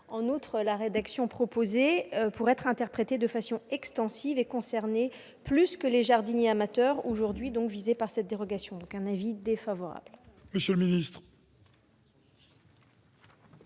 En outre, la rédaction proposée pourrait être interprétée de façon extensive et concerner plus que les jardiniers amateurs aujourd'hui visés par la dérogation. L'avis est donc défavorable.